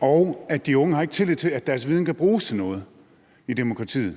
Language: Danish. og at de unge ikke har tillid til, at deres viden kan bruges til noget i demokratiet.